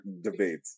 debate